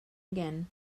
again